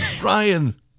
Brian